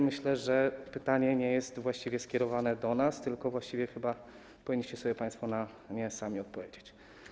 Myślę więc, że pytanie nie jest właściwie skierowane do nas, tylko chyba powinniście sobie państwo na nie sami odpowiedzieć.